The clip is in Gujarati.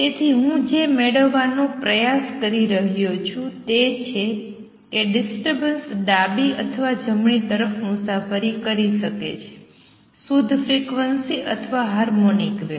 તેથી હું જે મેળવવાનો પ્રયાસ કરી રહ્યો છું તે છે કે ડિસ્ટર્બન્સ ડાબી અથવા જમણી તરફ મુસાફરી કરી શકે છે શુદ્ધ ફ્રિક્વન્સી અથવા હાર્મોનિક વેવ